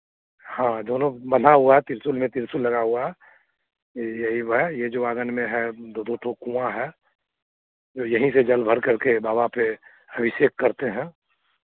हाँ दोनों बँधा हुआ है त्रिशूल में त्रिशूल लगा हुआ है ये यही वो है ये जो आँगन में है दो दो ठो कुआँ है जो यहीं से जल भरकर के बाबा पे अभिषेक करते हैं